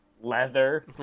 Leather